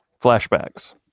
flashbacks